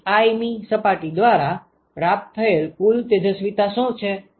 તેથી i મી સપાટી દ્વારા પ્રાપ્ત થયેલ કુલ તેજસ્વિતા શું છે